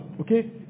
Okay